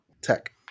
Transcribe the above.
Tech